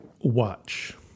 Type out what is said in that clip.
Watch